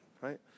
right